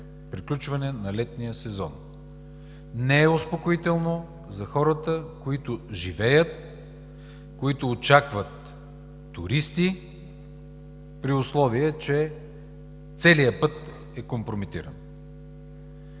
приключване на летния сезон. Не е успокоително за хората, които живеят, които очакват туристи, при условие че целият път е компрометиран.